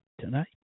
tonight